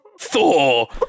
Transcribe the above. Thor